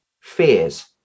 fears